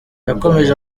yakomeje